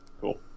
Cool